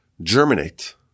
germinate